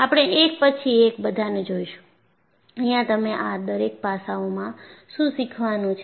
આપણે એક પછી એક બધાને જોઈશું અહિયાં તમે આ દરેક પાસાઓમાં શું શીખવાનું છે